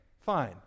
fine